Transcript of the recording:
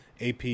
AP